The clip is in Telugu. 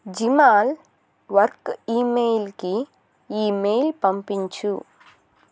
జిమాల్ వర్క్ ఈమెయిల్కి ఈమెయిల్ పంపించు